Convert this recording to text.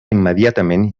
immediatament